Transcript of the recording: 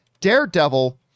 daredevil